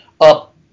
up